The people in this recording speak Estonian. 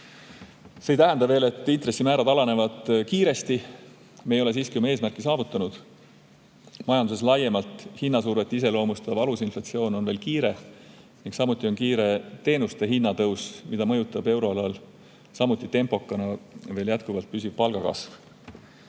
veel ei tähenda, et intressimäärad kiiresti alanevad. Me ei ole siiski oma eesmärki saavutanud. Majanduses laiemalt hinnasurvet iseloomustav alusinflatsioon on veel kiire ning samuti on kiire teenuste hinna tõus, mida mõjutab euroalal samuti jätkuvalt tempokana püsiv palgakasv.